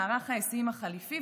מערך ההיסעים החליפי,